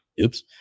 Oops